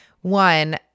One